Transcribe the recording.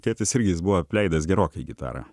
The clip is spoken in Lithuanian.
tėtis irgi jis buvo apleidęs gerokai gitarą